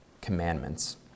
commandments